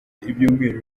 ibyumweru